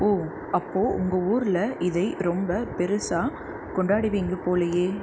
ஓ அப்போது உங்கள் ஊரில் இதை ரொம்ப பெரிசா கொண்டாடுவீங்க போலேயே